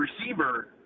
receiver